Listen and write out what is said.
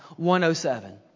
107